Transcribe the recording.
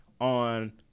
on